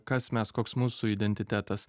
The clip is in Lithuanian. kas mes koks mūsų identitetas